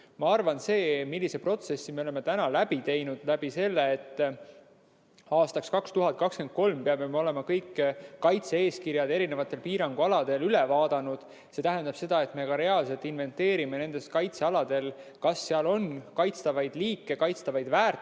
Minu arvates see, millise protsessi me oleme läbi teinud, läbi selle, et aastaks 2023 peame me olema kõik kaitse-eeskirjad piirangualadel üle vaadanud, tähendab seda, et me ka reaalselt inventeerime nendel kaitsealadel, kas seal on kaitstavaid liike, kaitstavaid väärtusi,